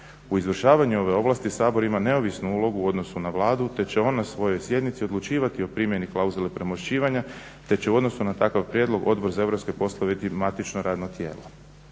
U izvršavanju ove ovlasti Sabor ima neovisnu ulogu u odnosu na Vladu te će on na svojoj sjednici odlučivati o primjeni klauzule premošćivanja, te će u odnosu na takav prijedlog Odbor za europske poslove biti matično radno tijelo.